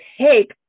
take